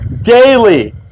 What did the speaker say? daily